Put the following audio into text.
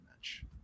match